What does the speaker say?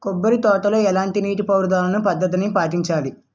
కొబ్బరి తోటలో ఎలాంటి నీటి పారుదల పద్ధతిని పాటించాలి?